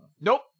Nope